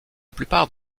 plupart